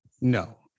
No